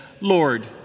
Lord